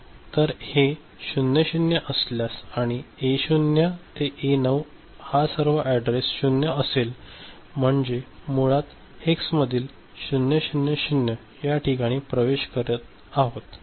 तर हे 00 असल्यास आणि A0 ते A9 हा सर्व अॅड्रेस 0 असेल म्हणजे मुळात आपण हेक्समधील 000 या ठिकाणी प्रवेश करत आहोत